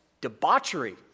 debauchery